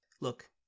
Look